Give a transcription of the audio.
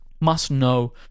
must-know